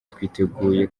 twiteguye